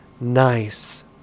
nice